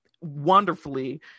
wonderfully